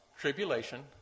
tribulation